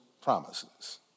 promises